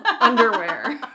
underwear